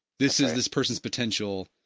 this is this person's potential.